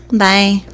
bye